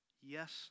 yes